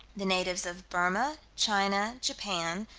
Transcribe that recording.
the natives of burma, china, japan,